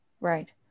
Right